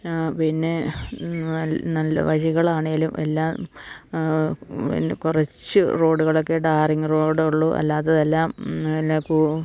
പിന്നെ നല്ല വഴികളാണേലും എല്ലാം കുറച്ച് റോഡുകളൊക്കെ ടാറിങ് റോഡുള്ളു അല്ലാതെല്ലാം എല്ലാം